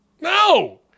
No